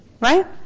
right